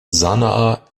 sanaa